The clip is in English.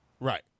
Right